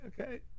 Okay